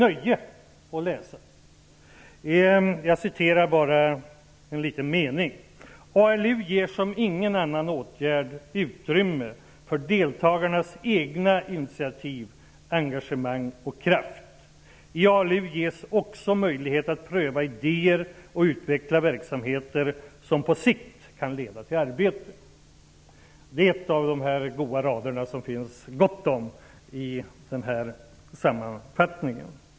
Där framgår bl.a. att ALU ger som ingen annan åtgärd utrymme för deltagarnas egna initiativ, engagemang och kraft. I ALU ges också möjlighet att pröva idéer och utveckla verksamheter som på sikt kan leda till arbete. Det finns gott om sådana goda rader i sammanfattningen.